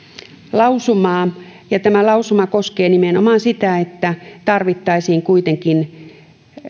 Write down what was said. lausumaa tämä lausuma koskee nimenomaan sitä että tarvittaisiin kuitenkin